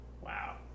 Wow